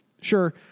Sure